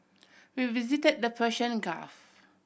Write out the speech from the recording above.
we visited the Persian Gulf